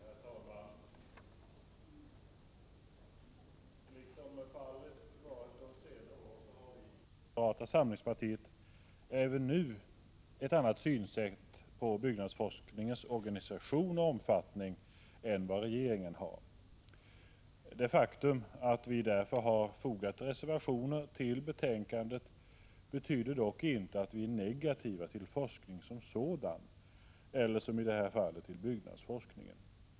Herr talman! Liksom fallet varit under senare år har vi i moderata samlingspartiet även nu ett annat synsätt på byggnadsforskningens organisation och omfattning än vad regeringen har. Det faktum att vi har reservationer fogade till betänkandet betyder dock inte att vi är negativa till forskningen som sådan eller, som i detta fall, byggnadsforskningen.